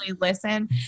listen